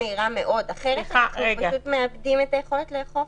אחרת מאבדים את היכולת לאכוף.